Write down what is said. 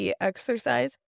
exercise